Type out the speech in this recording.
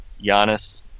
Giannis